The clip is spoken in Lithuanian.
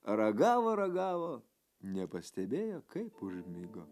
ragavo ragavo nepastebėjo kaip užmigo